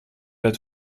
der